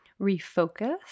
refocus